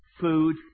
food